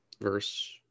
verse